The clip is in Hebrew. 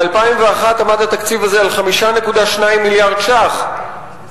ב-2001 עמד התקציב הזה על 5.2 מיליארד שקלים,